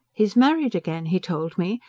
he's married again, he told me,